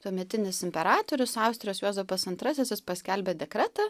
tuometinis imperatorius austrijos juozapas antrasis jis paskelbė dekretą